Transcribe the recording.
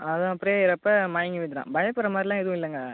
அதுதான் ப்ரேயர் அப்போ மயங்கி விழுந்துட்டான் பயப்புடுகிற மாதிரிலாம் எதுவும் இல்லைங்க